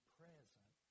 present